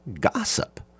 gossip